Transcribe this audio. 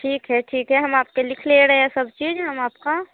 ठीक है ठीक है हम आपकी लिख ले रहे हैं सब चीज़ हम आपका